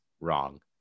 wrong